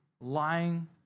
lying